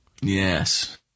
Yes